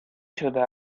شده